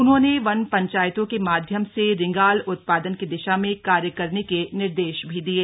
उन्होंने वन पंचायतों के माध्यम से रिंगाल उत्पादन की दिशा में कार्य करने के निर्देश भी दिये